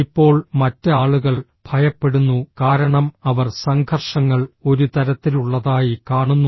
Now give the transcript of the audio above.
ഇപ്പോൾ മറ്റ് ആളുകൾ ഭയപ്പെടുന്നു കാരണം അവർ സംഘർഷങ്ങൾ ഒരു തരത്തിലുള്ളതായി കാണുന്നു